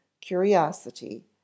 curiosity